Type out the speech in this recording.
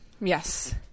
Yes